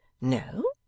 No